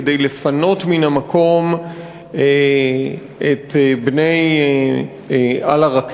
כדי לפנות מן המקום את בני אל-עראקיב,